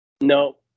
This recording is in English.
No